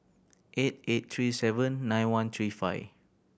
eight eight three seven nine one three five